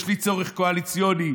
יש לי צורך קואליציוני,